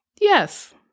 Yes